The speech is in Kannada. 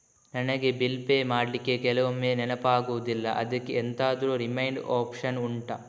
ನನಗೆ ಬಿಲ್ ಪೇ ಮಾಡ್ಲಿಕ್ಕೆ ಕೆಲವೊಮ್ಮೆ ನೆನಪಾಗುದಿಲ್ಲ ಅದ್ಕೆ ಎಂತಾದ್ರೂ ರಿಮೈಂಡ್ ಒಪ್ಶನ್ ಉಂಟಾ